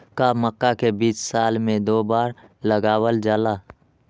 का मक्का के बीज साल में दो बार लगावल जला?